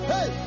Hey